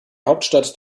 hauptstadt